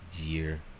year